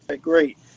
Great